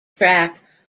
track